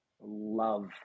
love